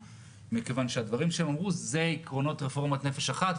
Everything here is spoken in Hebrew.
מכיוון שהדברים שהם אמרו אלו עקרונות רפורמת "נפש אחת".